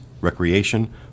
recreation